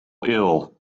ill